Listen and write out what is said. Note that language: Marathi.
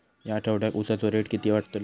या आठवड्याक उसाचो रेट किती वाढतलो?